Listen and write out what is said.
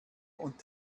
und